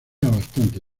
bastante